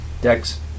Dex